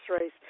race